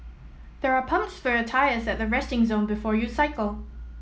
there are pumps for your tyres at the resting zone before you cycle